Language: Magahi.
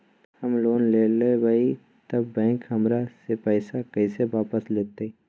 हम लोन लेलेबाई तब बैंक हमरा से पैसा कइसे वापिस लेतई?